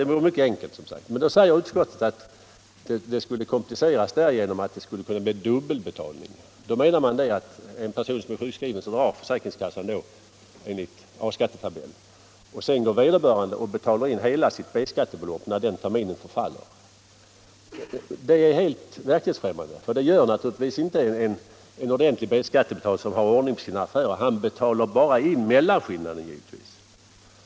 Det vore mycket enkelt, som sagt. Men då säger utskottet att det skulle kompliceras därigenom att det skulle kunna bli dubbelbetalning. Utskottet menar att för en person som är sjukskriven skulle försäkringskassan dra enligt A-skattetabellen, och sedan går vederbörande och betalar in hela sitt B-skattebelopp för terminen. Det är helt verklighetsfrämmande, för det gör naturligtvis inte en ordentlig B-skattebetalare som har ordning på sina affärer. Han betalar givetvis bara in mellanskillnaden.